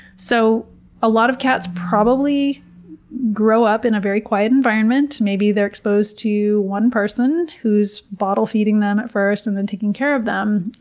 so a lot of cats probably grow up in a very quiet environment, maybe they're exposed to one person who's bottle feeding them at first and then taking care of them.